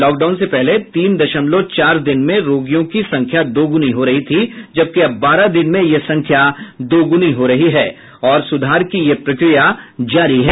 lockdown से पहले तीन दशमलव चार दिन में रोगियों की संख्या दुगुनी हो रही थी जबकि अब बारह दिन में ये संख्या दुगुनी हो रही है और सुधार की यह प्रक्रिया जारी है